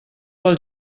pel